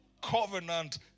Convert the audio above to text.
covenant